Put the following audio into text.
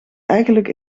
eigenlijk